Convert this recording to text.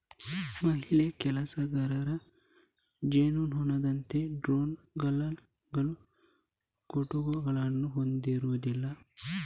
ಮಹಿಳಾ ಕೆಲಸಗಾರ ಜೇನುನೊಣದಂತೆ ಡ್ರೋನುಗಳು ಕುಟುಕುಗಳನ್ನು ಹೊಂದಿರುವುದಿಲ್ಲ